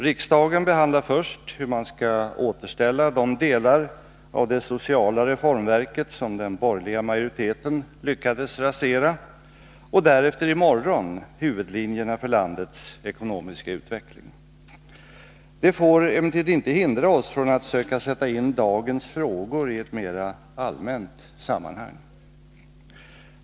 Riksdagen behandlar först hur man skall återställa de delar av — m.m. det sociala reformverket som den borgerliga majoriteten lyckades rasera och därefter, i morgon, huvudlinjerna för landets ekonomiska utveckling. Det får emellertid inte hindra oss från att söka sätta in dagens frågor i ett mera allmänt sammanhang.